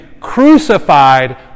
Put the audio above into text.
crucified